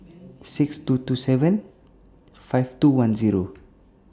six two two seven five two one Zero